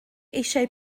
eisiau